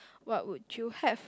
what would you have